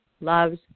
loves